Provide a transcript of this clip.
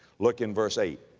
look in verse eight.